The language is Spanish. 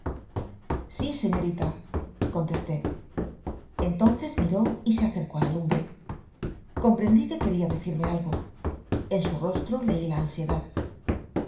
sí señorita contesté entonces entró y se acercó a la lumbre comprendí que quería decirme algo en su rostro leía la ansiedad